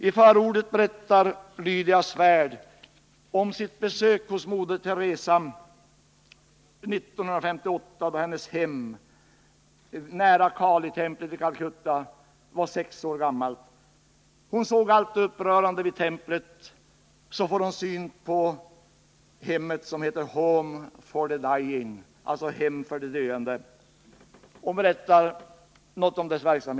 I förordet berättar Lydia Svärd om sitt besök 1958 hos moder Teresa nära Kalitemplet i Calcutta. Hon såg allt upprörande vid templet. Så får hon syn på hemmet, Home for the Dying, dvs. hem för de döende. Detta hem var då sex år gammalt. Hon berättar något om dess verksamhet.